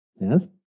Yes